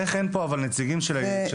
איך אין פה נציגים של ההתאחדויות,